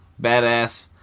badass